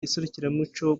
iserukiramuco